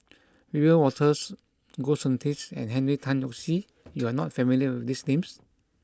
Wiebe Wolters Goh Soon Tioe and Henry Tan Yoke See you are not familiar with these names